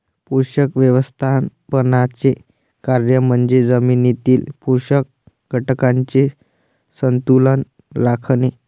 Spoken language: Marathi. पोषक व्यवस्थापनाचे कार्य म्हणजे जमिनीतील पोषक घटकांचे संतुलन राखणे